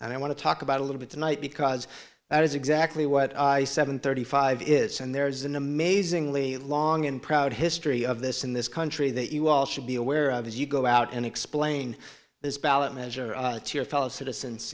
and i want to talk about a little bit tonight because that is exactly what seven thirty five is and there is an amazingly long and proud history of this in this country that you all should be aware of as you go out and explain this ballot measure to your fellow citizens